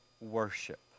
worship